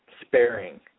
sparing